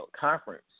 Conference